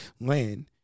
land